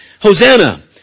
Hosanna